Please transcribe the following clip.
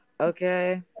Okay